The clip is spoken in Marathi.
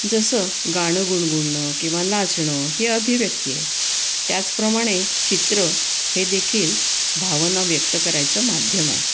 जसं गाणं गुणगुणणं किंवा नाचणं ही अभिव्यक्ती आहे त्याचप्रमाणे चित्र हे देखील भावना व्यक्त करायचं माध्यम आहे